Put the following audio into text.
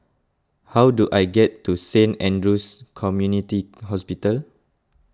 how do I get to Saint andrew's Community Hospital